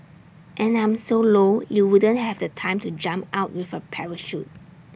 and I'm so low you wouldn't have the time to jump out with A parachute